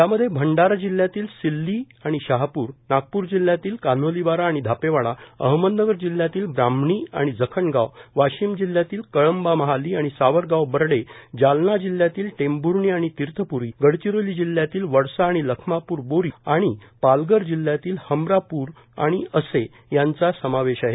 यामध्ये भंडारा जिल्हयातील सिल्ली आणि शहापूर नागपूर जिल्ह्यातील कान्होलीबारा आणि धापेवाडा अहमदनगर जिल्ह्यातील ब्राह्मणी आणि जखणगाव वाशिम जिल्ह्यातील कळंबा महाली आणि सावरगाव बर्डे जालना जिल्ह्यातील टेंभूर्णी आणि तीर्थप्री गडचिरोली जिल्ह्यातील वडसा आणि लखमाप्र बोरी पालघर जिल्ह्यातील हमरापूर आणि असे यांचा समावेश आहे